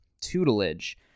tutelage